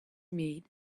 meat